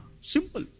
Simple